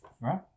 Right